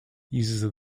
uses